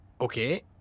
Okay